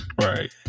right